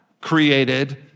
created